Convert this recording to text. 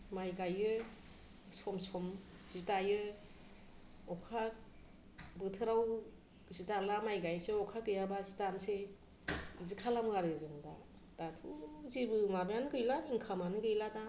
माइ गायो सम सम जि दायो अखा बोथोराव जि दाला माइ गायसै अखा गैयाबासो दानोसै बिदि खालामो आरो जों दा दाथ' जेबो माबायानो गैला इन्कामानो गैला दा